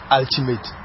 ultimate